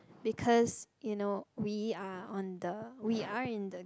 because you know we are on the we are in the